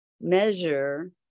measure